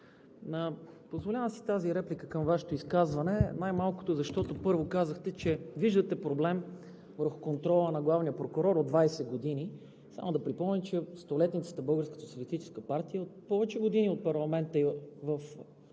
позволявам си тази реплика към Вашето изказване най-малкото защото първо казахте, че виждате проблем върху контрола на главния прокурор от 20 години. Само да припомня, че столетницата – Българската социалистическа партия,